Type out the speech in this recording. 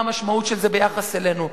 מה המשמעות של זה ביחס אלינו.